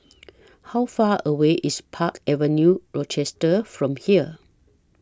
How Far away IS Park Avenue Rochester from here